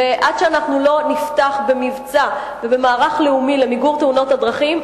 עד שאנחנו לא נפתח במבצע ובמערך לאומי למיגור תאונות הדרכים,